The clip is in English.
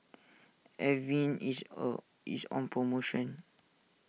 Avene is on promotion